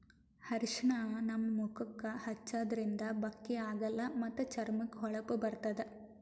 ಅರ್ಷಿಣ ನಮ್ ಮುಖಕ್ಕಾ ಹಚ್ಚದ್ರಿನ್ದ ಬಕ್ಕಿ ಆಗಲ್ಲ ಮತ್ತ್ ಚರ್ಮಕ್ಕ್ ಹೊಳಪ ಬರ್ತದ್